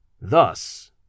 Thus